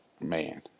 man